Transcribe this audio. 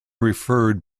referred